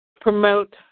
promote